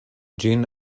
ĝin